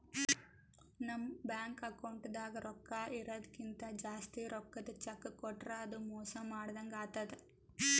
ನಮ್ ಬ್ಯಾಂಕ್ ಅಕೌಂಟ್ದಾಗ್ ರೊಕ್ಕಾ ಇರದಕ್ಕಿಂತ್ ಜಾಸ್ತಿ ರೊಕ್ಕದ್ ಚೆಕ್ಕ್ ಕೊಟ್ರ್ ಅದು ಮೋಸ ಮಾಡದಂಗ್ ಆತದ್